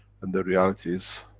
and the reality is,